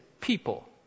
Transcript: people